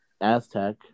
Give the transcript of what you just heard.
Aztec